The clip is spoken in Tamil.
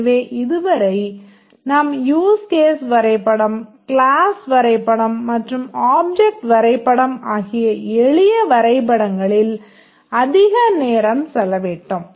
எனவே இதுவரை நாம் யூஸ் கேஸ் வரைபடம் க்ளாஸ் வரைபடம் மற்றும் ஆப்ஜெக்ட் வரைபடம் ஆகிய எளிய வரைபடங்களில் அதிக நேரம் செலவிட்டோம்